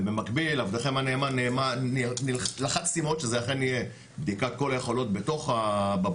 ובמקביל עבדכם הנאמן לחצתי מאוד שזה אכן יהיה בדיקת כל היכולות בבית,